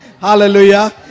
Hallelujah